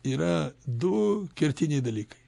yra du kertiniai dalykai